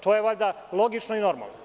To je valjda logično i normalno.